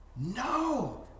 No